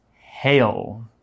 hail